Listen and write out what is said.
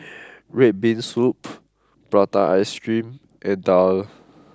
Red Bean Soup Prata Ice Cream and Daal